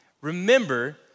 Remember